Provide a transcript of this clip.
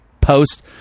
post